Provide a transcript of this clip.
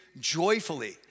joyfully